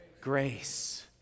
Grace